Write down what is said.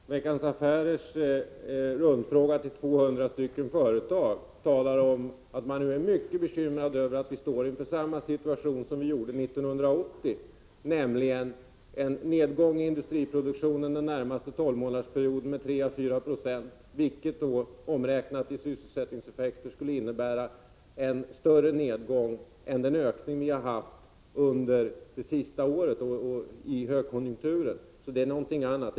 Fru talman! Veckans Affärers rundfråga till 200 företag talar om att man nu är mycket bekymrad över att vi står inför samma situation som 1980, nämligen en nedgång i industriproduktionen under de närmaste tolv månaderna med 3 å 4 96, vilket omräknat i sysselsättningseffekt skulle innebära en större nedgång än den ökning vi haft under det senaste året, och detta i högkonjunktur. Så detta vittnar om något annat.